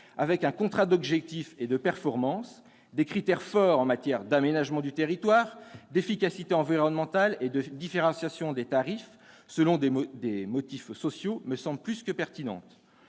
à un contrat d'objectifs et de performance comportant des critères forts en matière d'aménagement du territoire, d'efficacité environnementale et de différenciation des tarifs selon des motifs sociaux. Une telle idée me semble plus que pertinente.